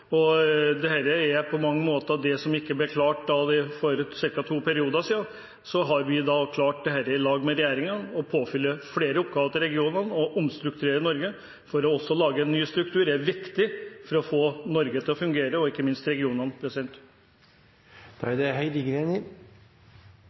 folkevalgt nivå. Dette er på mange måter det som ikke ble klart for ca. to perioder siden. Så har vi sammen med regjeringen klart å fylle på flere oppgaver til regionene og omstrukturere Norge, for også å lage en ny struktur er viktig for å få Norge til å fungere, ikke minst regionene.